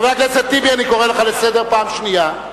חבר הכנסת טיבי, אני קורא לך לסדר פעם שנייה.